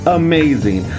amazing